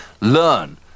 learn